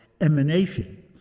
emanation